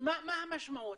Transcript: מה המשמעות?